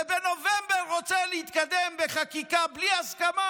ובנובמבר רוצה להתקדם בחקיקה בלי הסכמה.